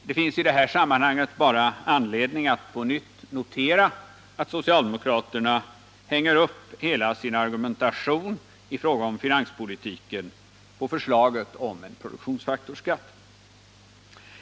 Det finns i det här sammanhanget bara anledning att på nytt notera att socialdemokraterna hänger upp hela sin argumentation i fråga om finanspolitiken på förslaget om en produktionsfaktorsskatt.